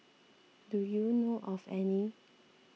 do you know of any